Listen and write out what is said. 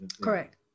Correct